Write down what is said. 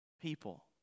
People